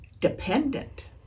dependent